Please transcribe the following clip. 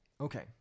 Okay